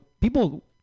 people